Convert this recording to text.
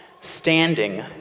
standing